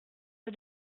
pas